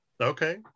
Okay